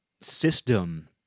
system